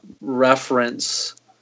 reference